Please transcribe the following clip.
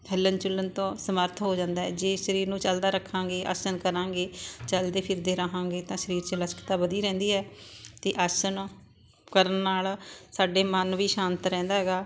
ਹਿੱਲਣ ਜੁੱਲਣ ਤੋਂ ਸਮਰਥ ਹੋ ਜਾਂਦਾ ਹੈ ਜੇ ਸਰੀਰ ਨੂੰ ਚਲਦਾ ਰੱਖਾਂਗੇ ਆਸਣ ਕਰਾਂਗੇ ਚਲਦੇ ਫਿਰਦੇ ਰਹਾਂਗੇ ਤਾਂ ਸਰੀਰ 'ਚ ਲਚਕਤਾ ਵਧੀ ਰਹਿੰਦੀ ਹੈ ਅਤੇ ਆਸਣ ਕਰਨ ਨਾਲ ਸਾਡੇ ਮਨ ਵੀ ਸ਼ਾਂਤ ਰਹਿੰਦਾ ਗਾ